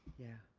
yeah.